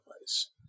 place